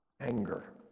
anger